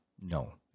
No